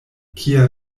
kia